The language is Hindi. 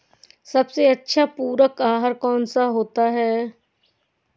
सबसे अच्छा पूरक आहार कौन सा होता है?